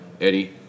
Eddie